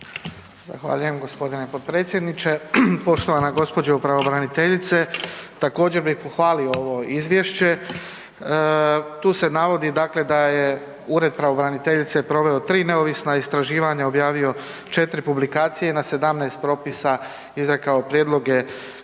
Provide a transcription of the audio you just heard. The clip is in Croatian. Zahvaljujem g. potpredsjedniče. Poštovana gđo. pravobraniteljice, također bi pohvalio ovo izvješće, tu se navodi dakle da je Ured pravobraniteljice proveo 3 neovisna istraživanja, objavio 4 publikacije i na 17 propisa izrekao prijedloge,